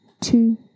Two